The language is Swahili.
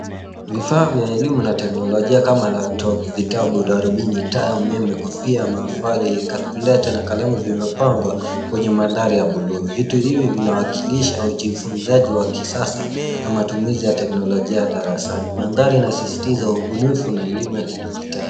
Vifaa vya elimu na teknolojia kama laptop , vitabu, darubini, taa ya umeme, kofia ya mahafali, calculator na kalamu vimepangwa kwenye mandhari ya buluu. Vitu hivi vinawakilisha ujifunzaji wa kisasa na matumizi ya teknolojia ya darasani. Mandhari inasisitiza ubunifu na elimu ya kidijitali.